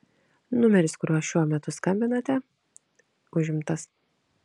numeris kuriuo šiuo metu skambinate užimtas